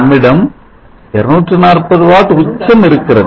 நம்மிடம் 240 வாட்உச்சம் இருக்கிறது